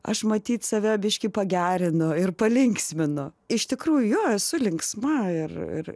aš matyt save biškį pagerinu ir palinksminu iš tikrųjų jo esu linksma ir ir